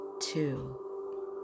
Two